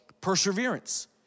perseverance